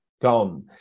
gone